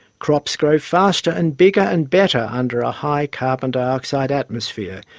crops grow faster and bigger and better under a high carbon dioxide atmosphere,